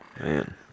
Man